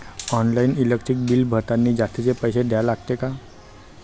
Online electric bill भरतानी जास्तचे पैसे द्या लागते का?